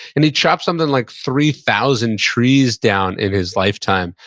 and he chopped something like three thousand trees down in his lifetime.